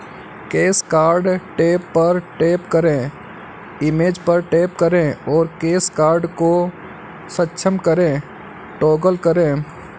cash card tab पर tap करें, image पर टैप करें और कैश कार्ड को सक्षम करें टॉगल करें